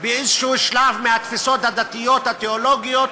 באיזה שלב מהתפיסות הדתיות התיאולוגיות,